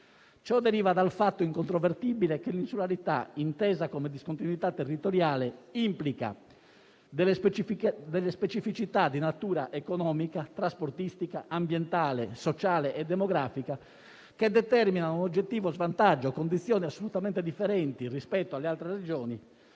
Ciò deriva dal fatto incontrovertibile che l'insularità, intesa come discontinuità territoriale, implica delle specificità di natura economica, trasportistica, ambientale, sociale e demografica che determinano un oggettivo svantaggio e condizioni assolutamente differenti rispetto alle altre Regioni,